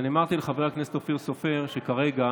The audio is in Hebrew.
אמרתי לחבר הכנסת אופיר סופר שכרגע